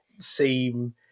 Seem